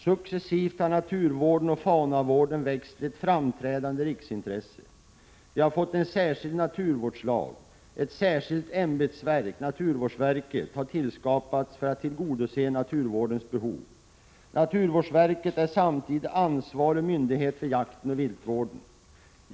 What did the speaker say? Successivt har naturvården och faunavården växt till ett framträdande riksintresse. Vi har fått en särskild naturvårdslag. Ett särskilt ämbetsverk, naturvårdsverket, har tillskapats för att tillgodose naturvårdens behov. Naturvårdsverket är samtidigt ansvarig myndighet för jakten och viltvården.